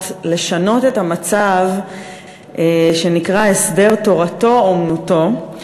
לשנות את המצב שנקרא הסדר תורתו-אומנותו,